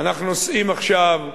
אנחנו נוסעים עכשיו לרבת-עמון,